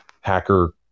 Hacker